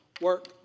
work